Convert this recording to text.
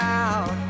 out